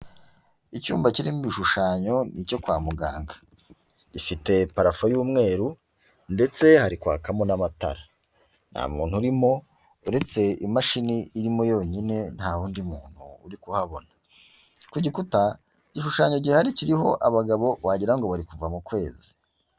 Icyumba kirimo ibishushanyo, ni icyo kwa muganga. Gifite parafo y'umweru, ndetse hari kwakamo n'amatara. Nta muntu urimo, uretse imashini irimo yonyine nta wundi muntu uri kuhabona. Ku gikuta, igishushanyo gihari kiriho abagabo wagira ngo bari kuva mu kwezi.